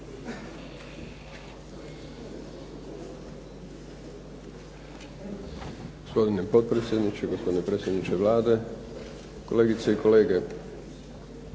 Gospodine potpredsjedniče, gospodine predsjedniče Vlade, kolegice i kolege.